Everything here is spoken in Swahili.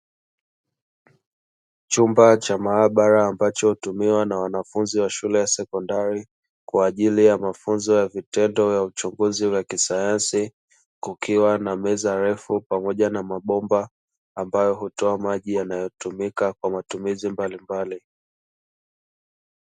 Chumba cha maabara ambacho hutumiwa na wanafunzi wa shule ya sekondari, kwa ajili ya mafunzo ya vitendo ya uchunguzi wa kisayansi, kukiwa na meza ndefu pamoja na mabomba ambayo hutoa maji yanayotumika kwa matumizi mbalimbali.